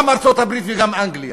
גם ארצות-הברית וגם אנגליה.